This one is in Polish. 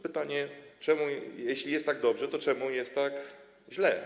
Pytanie, jeśli jest tak dobrze, to czemu jest tak źle.